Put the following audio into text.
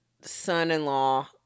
son-in-law